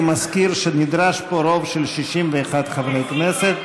אני מזכיר שנדרש פה רוב של 61 חברי כנסת.